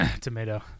Tomato